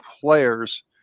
players